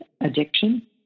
addiction